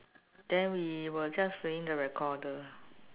then we were just playing the recorder